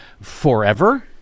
forever